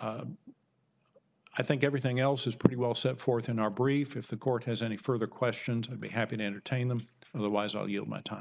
i think everything else is pretty well set forth in our brief if the court has any further questions i'd be happy to entertain them otherwise i'll yield my time